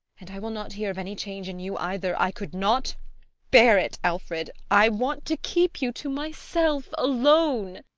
and i will not hear of any change in you either i could not bear it, alfred. i want to keep you to myself alone.